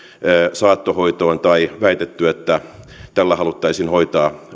saattohoitoon tai väitetty että tällä haluttaisiin hoitaa